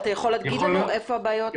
אתה יכול להגיד לנו היכן הבעיות?